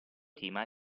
tema